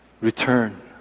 return